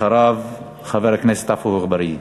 אחריו, חבר הכנסת עפו אגבאריה.